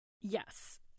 Yes